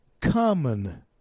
common